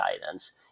guidance